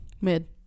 Mid